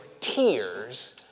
tears